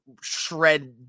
shred